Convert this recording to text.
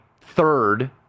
third